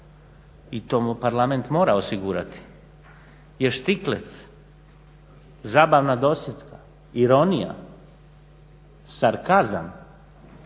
i to mu parlament mora osigurati je štiklec, zabavna dosjetka, ironija, sarkazam,